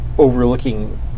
overlooking